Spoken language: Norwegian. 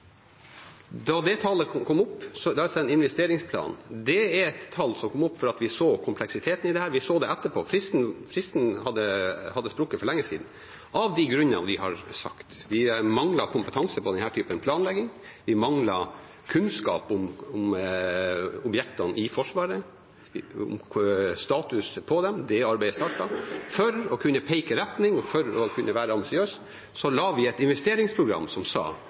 da vi så kompleksiteten i dette. Vi så det etterpå. Fristen hadde sprukket for lenge siden – av de grunnene vi har sagt. Vi manglet kompetansen på denne typen planlegging, vi manglet kunnskap om objektene i Forsvaret, status på dem. Det arbeidet er startet. For å kunne peke retning og for å kunne være ambisiøs laget vi et investeringsprogram som sa